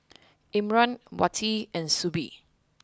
Imran Wati and Shuib